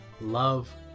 love